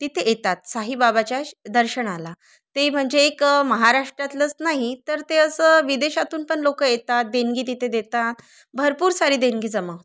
तिथे येतात साईही तर ते असं विदेशातून पण लोकं येतात देणगी तिथे देतात भरपूर सारी देणगी जमा होतात